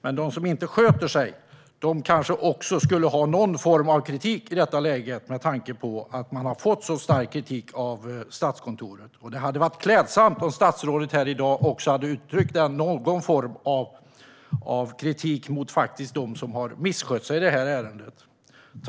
Men de som inte sköter sig skulle kanske ha någon form av kritik i detta läge, med tanke på att de har fått stark kritik av Statskontoret. Det hade varit klädsamt om statsrådet här i dag hade uttryckt någon form av kritik mot dem som har misskött sig i det här ärendet.